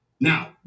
now